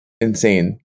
insane